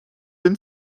been